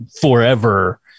forever